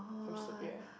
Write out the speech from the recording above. I'm stupid right